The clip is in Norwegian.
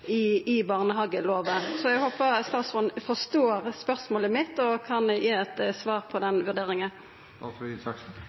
system i barnehagelova? Eg håper at statsråden forstår spørsmålet mitt og kan gi eit svar på